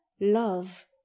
love